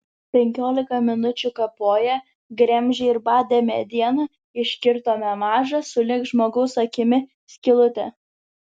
penkiolika minučių kapoję gremžę ir badę medieną iškirtome mažą sulig žmogaus akimi skylutę